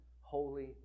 holy